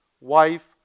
wife